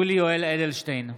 (קורא בשמות חברי הכנסת) יולי יואל אדלשטיין,